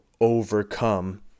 overcome